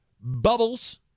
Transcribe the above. bubbles